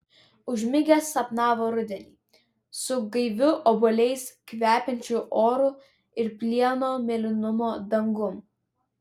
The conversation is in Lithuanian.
užmigęs sapnavo rudenį su gaiviu obuoliais kvepiančiu oru ir plieno mėlynumo dangum